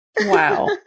Wow